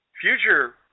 future